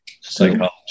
psychology